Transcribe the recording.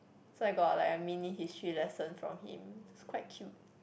so I got like a mini history lesson from him it's quite cute